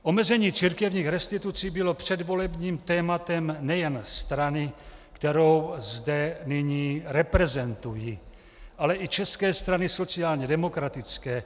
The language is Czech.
Omezení církevních restitucí bylo předvolebním tématem nejen strany, kterou zde nyní reprezentuji, ale i České strany sociálně demokratické.